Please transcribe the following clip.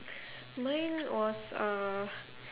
mine was uh